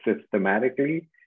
systematically